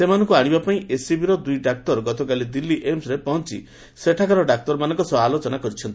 ସେମାନଙ୍କୁ ଆଶିବା ପାଇଁ ଏସ୍ସିବିର ଦୁଇ ଡାକ୍ତର ଗତକାଲି ଦିଲ୍ଲୀର ଏମ୍ସ୍ରେ ପହଞ୍ ଡାକ୍ତରଙ୍କ ସହ ଆଲୋଚନା କରିଛନ୍ତି